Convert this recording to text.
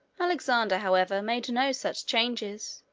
alexander, however, made no such changes,